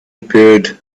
appeared